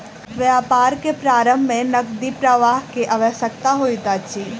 व्यापार के प्रारम्भ में नकदी प्रवाह के आवश्यकता होइत अछि